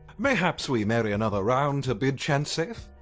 mayhaps we merry another round to bid chance safe?